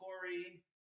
Corey